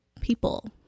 people